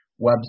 website